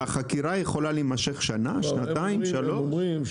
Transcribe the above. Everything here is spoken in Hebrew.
והחקירה יכולה להימשך שנה, שנתיים, שלוש שנים?